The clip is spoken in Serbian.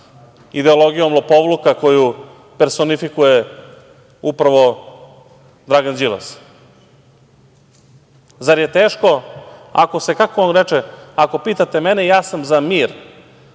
ideologijom lopovluka koju personifikuje upravo Dragan Đilas? Zar je teško ako se… Kako on reče – ako pitate mene, ja sam za mir,